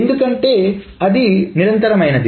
ఎందుకంటే అది నిరంతర మైనది